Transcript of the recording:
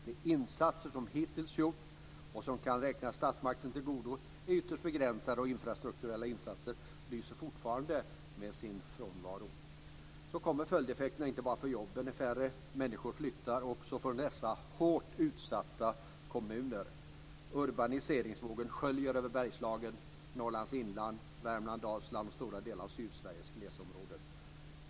De insatser som hittills gjorts, och som kan räknas statsmakten till godo, är ytterst begränsade, och infrastrukturella insatser lyser fortfarande med sin frånvaro. Så kommer följdeffekterna att inte bara jobben är färre, människor flyttar också från dessa hårt utsatta kommuner. Urbaniseringsvågen sköljer över Bergslagen, Norrlands inland, Värmland, Dalsland och stora delar av Sydsveriges glesområden.